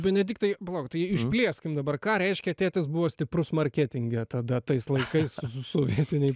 benediktai palauk tai išplėskim dabar ką reiškia tėtis buvo stiprus marketinge tada tais laikais sovietinėj